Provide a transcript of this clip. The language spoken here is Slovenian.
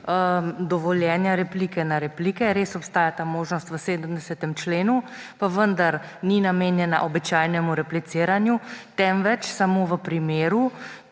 dovoljenja relike na repliko. Res obstaja ta možnost v 70. členu, pa vendar ni namenjena običajnemu repliciranju, temveč samo v primeru,